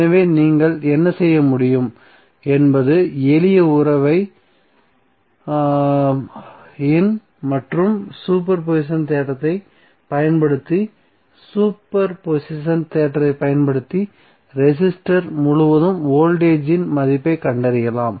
எனவே நீங்கள் என்ன செய்ய முடியும் என்பது எளிய உறவை இர் மற்றும் சூப்பர் பொசிஷன் தேற்றத்தைப் பயன்படுத்தி சூப்பர் போசிஷன் தேற்றத்தைப் பயன்படுத்தி ரெசிஸ்டர் முழுவதும் வோல்டேஜ்ஜின் மதிப்பைக் கண்டறியலாம்